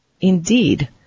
indeed